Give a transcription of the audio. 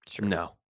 No